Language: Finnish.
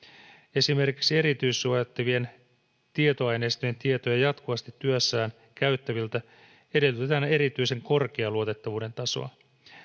esimerkiksi erityissuojattavien tietoaineistojen tietoja jatkuvasti työssään käyttäviltä edellytetään erityisten korkeaa luotettavuuden tasoa